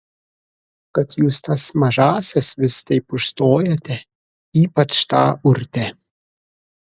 kad jūs tas mažąsias vis taip užstojate ypač tą urtę